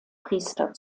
priester